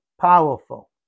powerful